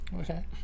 Okay